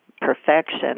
perfection